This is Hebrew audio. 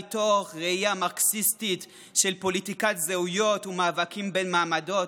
מתוך ראייה מרקסיסטית של פוליטיקת זהויות ומאבקים בין מעמדות,